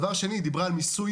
דבר שני היא דיברה על מיסוי